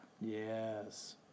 Yes